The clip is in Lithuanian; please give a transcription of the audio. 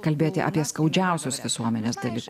kalbėti apie skaudžiausias visuomenės dalyk